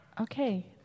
Okay